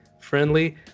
friendly